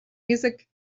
music